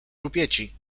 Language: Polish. rupieci